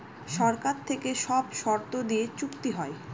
সরকার থেকে সব শর্ত দিয়ে চুক্তি হয়